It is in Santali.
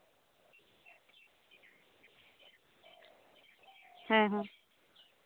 ᱦᱮᱸ ᱦᱮᱸ